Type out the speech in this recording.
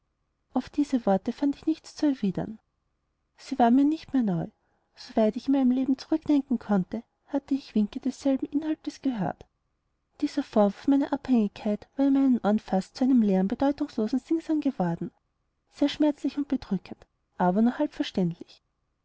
auf diese worte fand ich nichts zu erwidern sie waren mir nicht mehr neu so weit ich in meinem leben zurückdenken konnte hatte ich winke desselben inhalts gehört dieser vorwurf meiner abhängigkeit war in meinen ohren fast zum leeren bedeutungslosen singsang geworden sehr schmerzlich und bedrückend aber nur halb verständlich